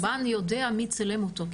אבל קורבן יודע מי צילם אותו.